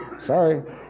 Sorry